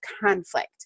conflict